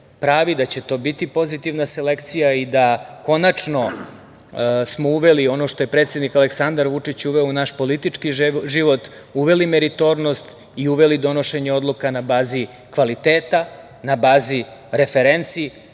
da će to biti pozitivna selekcija i da konačno smo uveli ono što je predsednik Aleksandar Vučić uveo u naš politički život, uveli meritornost i uveli donošenje odluka na bazi kvaliteta, na bazi referenci,